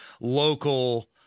local